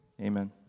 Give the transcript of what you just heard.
Amen